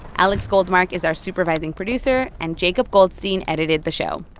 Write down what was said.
alex goldmark is our supervising producer, and jacob goldstein edited the show